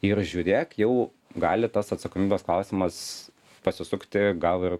ir žiūrėk jau gali tos atsakomybės klausimas pasisukti gal ir